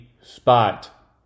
spot